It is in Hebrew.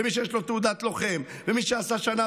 ומי שיש לו תעודת לוחם ומי שעשה שנה